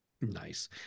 Nice